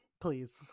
please